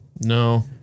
No